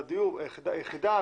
יחידה,